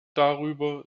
darüber